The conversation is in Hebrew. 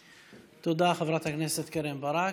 תודה, חברת הכנסת קרן ברק.